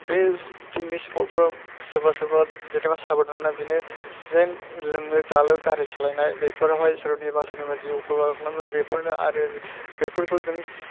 बे फिकनिक स्पदफोराव सोरबा सोरबा जेनबा साबदाना बेनो जे लोंलु जालु गारि सालायनाय बेफोराव सोरनिबा सोरनिबा जिउ खहा जानाय बेफोरनो आरो बेफोरखौ जों